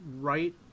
right